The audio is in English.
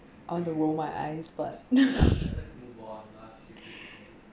I want to roll my eyes but